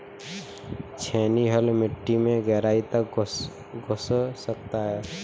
छेनी हल मिट्टी में गहराई तक घुस सकता है